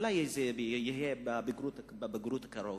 אולי זה יהיה בבגרות הקרובה,